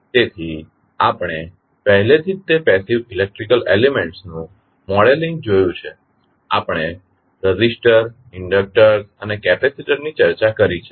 તેથી આપણે પહેલેથી જ તે પેસીવ ઇલેક્ટ્રીકલ એલીમેન્ટ્સ નું મોડેલિંગ જોયું છે આપણે રેઝિસ્ટર ઇન્ડક્ટર્સ અને કેપેસિટર ની ચર્ચા કરી છે